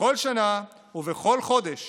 בכל שנה ובכל חודש